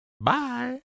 Bye